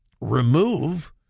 remove